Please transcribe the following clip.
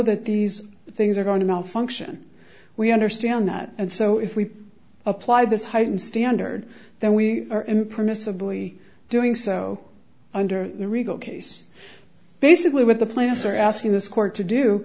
that these things are going to malfunction we understand that and so if we apply this heightened standard then we are impermissibly doing so under the rico case basically what the plaintiffs are asking this court to do